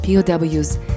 POWs